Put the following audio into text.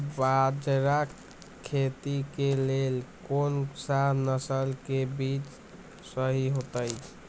बाजरा खेती के लेल कोन सा नसल के बीज सही होतइ?